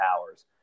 hours